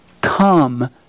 Come